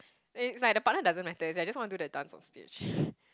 it's like the partner doesn't matter I just want to do the dance onstage